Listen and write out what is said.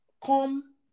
come